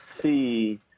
see